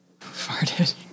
Farted